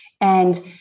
And-